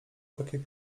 takie